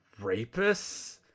rapists